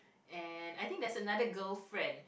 and I think there's another girl friend